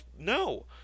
no